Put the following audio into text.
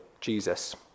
Jesus